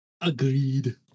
Agreed